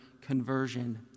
conversion